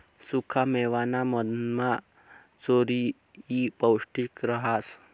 सुखा मेवाना मधमा चारोयी पौष्टिक रहास